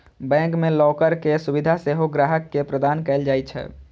bank मे locker के सुविधा सेहो ग्राहक के प्रदान कैल जाइ छै